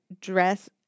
dress